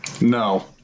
No